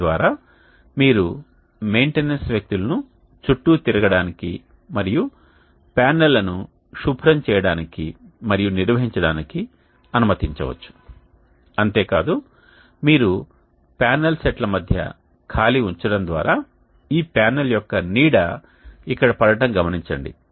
తద్వారా మీరు మెయింటెనెన్స్ వ్యక్తులను చుట్టూ తిరగడానికి మరియు ప్యానెల్ లను శుభ్రం చేయడానికి మరియు నిర్వహించడానికి అనుమతించ వచ్చు అంతే కాదు మీరు ప్యానెల్ సెట్ల మధ్య ఖాళీ ఉంచడం ద్వారా ఈ ప్యానెల్ యొక్క నీడ ఇక్కడ పడటం గమనించండి